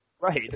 Right